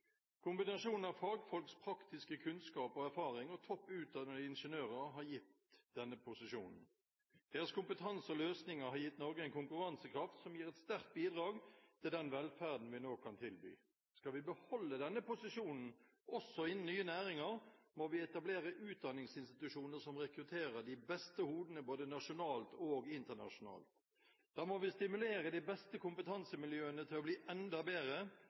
Kombinasjonen av fagfolks praktiske kunnskap og erfaring og topp utdannede ingeniører har gitt denne posisjonen. Deres kompetanse og løsninger har gitt Norge en konkurransekraft som gir et sterkt bidrag til den velferden vi nå kan tilby. Skal vi beholde denne posisjonen, også innen ny næringer, må vi etablere utdanningsinstitusjoner som rekrutterer de beste hodene både nasjonalt og internasjonalt. Da må vi stimulere de beste kompetansemiljøene til å bli enda bedre,